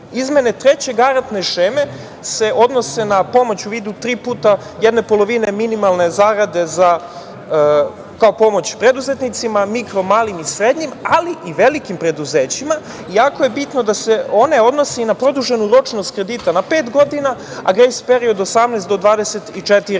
treće garantne šeme se odnose na pomoć u vidu tri puta jedne polovine minimalne zarade kao pomoć preduzetnicima, mikro-malim i srednjim, ali i velikim preduzećima. Jako je bitno da se one odnose i na produženu ročnost kredita na pet godina, grejs period od 18 do 24 meseca.